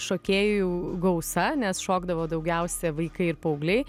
šokėjų gausa nes šokdavo daugiausia vaikai ir paaugliai